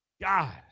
God